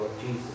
Jesus